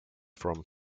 from